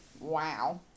Wow